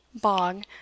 bog